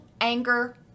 anger